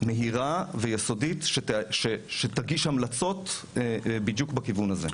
מהירה ויסודית שתגיש המלצות בדיוק בכיוון הזה.